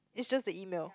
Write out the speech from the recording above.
it's just the email